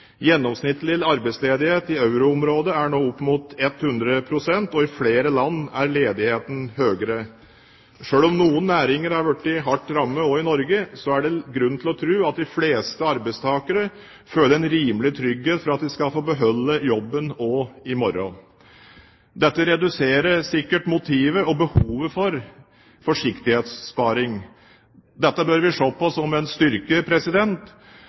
Gjennomsnittlig arbeidsledighet i euroområdet er nå opp mot 10 pst., og i flere land er ledigheten høyere. Selv om noen næringer har blitt hardt rammet også i Norge, er det grunn til å tro at de fleste arbeidstakere føler en rimelig trygghet for at de skal få beholde jobben også i morgen. Dette reduserer sikkert motivet og behovet for forsiktighetssparing. Dette bør vi se på som en styrke.